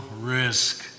risk